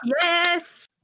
Yes